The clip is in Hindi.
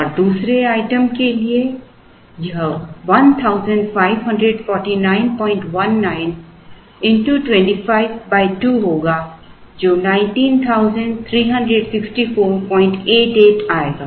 और दूसरे आइटम के लिए यह 154919 x 25 2 होगा जो 1936488 आएगा